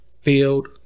Field